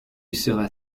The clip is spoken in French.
seras